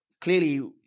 Clearly